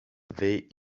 they